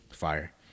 fire